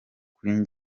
kuri